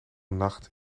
nacht